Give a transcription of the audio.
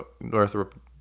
Northrop